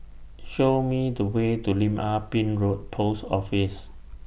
Show Me The Way to Lim Ah Pin Road Post Office